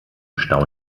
stau